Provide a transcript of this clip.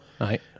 Right